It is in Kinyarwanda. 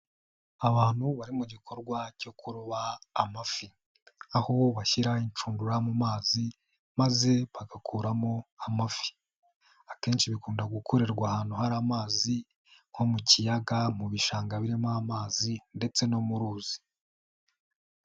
Abantu bari mu gikorwa cyo kuroba amafi. Aho bashyira inshundura mu mazi, maze bagakuramo amafi. Akenshi bikunda gukorerwa ahantu hari amazi nko mu kiyaga, mu bishanga birimo amazi ndetse no mu ruzi.